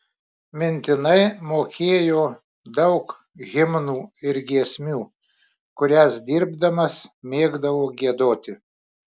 mintinai mokėjo daug himnų ir giesmių kurias dirbdamas mėgdavo giedoti